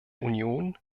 union